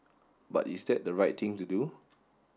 but is that the right thing to do